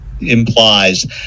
implies